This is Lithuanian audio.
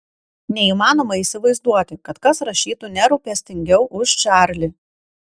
neįmanoma įsivaizduoti kad kas rašytų nerūpestingiau už čarlį